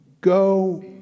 go